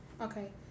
Okay